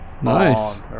nice